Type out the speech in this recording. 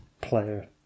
player